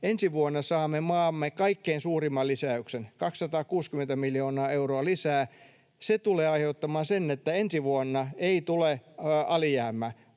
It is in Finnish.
Ensi vuonna saamme maamme kaikkein suurimman lisäyksen, 260 miljoonaa euroa lisää. Se tulee aiheuttamaan sen, että ensi vuonna ei tule alijäämää,